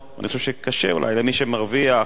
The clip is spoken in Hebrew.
אני חושב שקשה אולי למי שמרוויח ורק